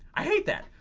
i hate that.